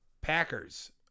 Packers